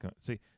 See